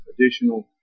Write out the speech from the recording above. additional